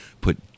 put